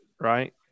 right